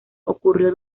ocurrió